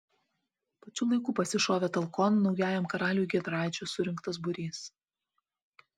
pačiu laiku pasišovė talkon naujajam karaliui giedraičio surinktas būrys